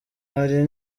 hari